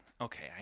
Okay